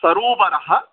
सरोवरः